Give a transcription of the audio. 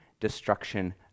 destruction